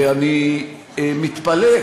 ואני מתפלא,